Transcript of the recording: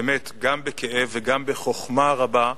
באמת, גם בכאב וגם בחוכמה רבה.